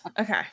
Okay